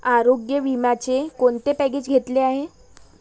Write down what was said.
आरोग्य विम्याचे कोणते पॅकेज घेतले आहे?